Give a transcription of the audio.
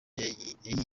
yayigiye